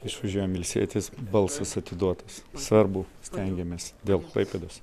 išvažiuojam ilsėtis balsas atiduotas svarbu stengiamės dėl klaipėdos